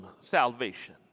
salvation